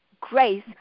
grace